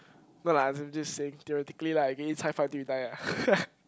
no lah as in just saying theoretically lah you can eat cai-fan until you die ah